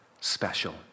special